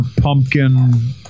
pumpkin